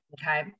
okay